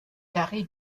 carré